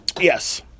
Yes